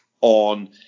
on